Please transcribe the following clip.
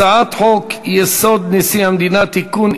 הצעת חוק-יסוד: נשיא המדינה (תיקון,